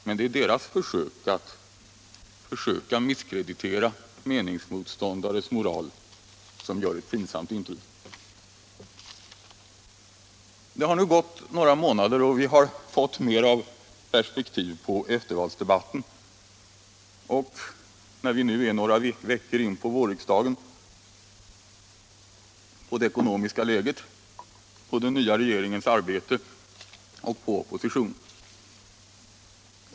Och det är deras sätt att försöka misskreditera meningsmotståndares moral som gör ett pinsamt intryck. Det har nu gått några månader och vi har fått mer perspektiv på eftervalsdebatten och — några veckor in på vårriksdagen — på det ekonomiska läget, på den nya regeringens arbete och på oppositionen.